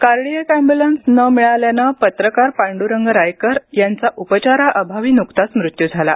cardiac ambulance न मिळाल्याने पत्रकार पांड्रंग रायकर यांचा उपचाराअभावी नुकताच मृत्यू झाला